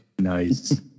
nice